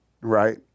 Right